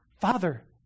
Father